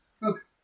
Look